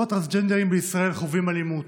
רוב הטרנסג'נדרים בישראל חווים אלימות,